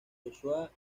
joshua